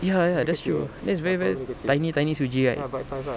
ya ya that's true that's that's very tiny tiny suji right